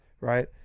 right